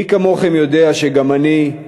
מי כמוכם יודע שגם אני,